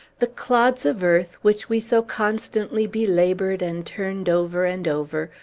the clods of earth, which we so constantly belabored and turned over and over,